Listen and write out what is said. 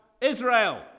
Israel